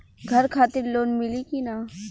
घर खातिर लोन मिली कि ना?